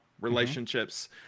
relationships